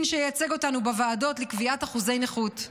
שייצג אותנו בוועדות לקביעת אחוזי נכות.